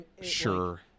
Sure